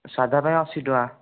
ସାଧା ପାଇଁ ଅଶି ଟଙ୍କା